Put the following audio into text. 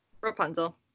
Rapunzel